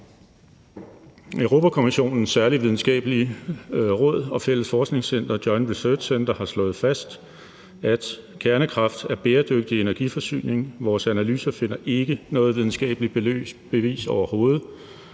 Europa-Kommissionens særlige videnskabelige råd og fælles forskningscenter, Joint Research Center, har slået fast, at kernekraft er bæredygtig energiforsyning. Vores analyser finder overhovedet ikke noget videnskabeligt bevis for, at